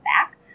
back